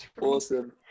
awesome